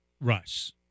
Russ